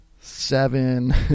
seven